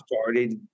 started